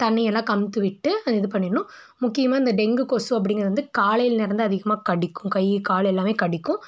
தண்ணியெல்லாம் கவுத்து விட்டு அதை இது பண்ணிடணும் முக்கியமாக இந்த டெங்கு கொசு அப்படிங்கிறது வந்து காலையில் நேரந்தான் அதிகமாக கடிக்கும் கை கால் எல்லாம் கடிக்கும்